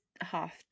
half